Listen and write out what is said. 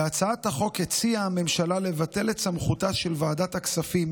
בהצעת החוק הציעה הממשלה לבטל את סמכותה של ועדת הכספים